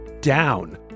down